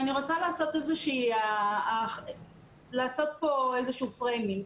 אני רוצה לעשות פה איזשהו פריימינג.